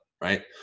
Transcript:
Right